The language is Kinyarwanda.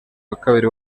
wakabiri